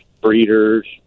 breeders